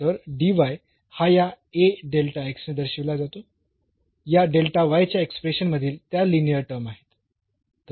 तर dy हा या ने दर्शविला जातो या च्या एक्सप्रेशन मधील त्या लिनीअर टर्म आहेत